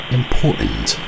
important